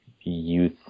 youth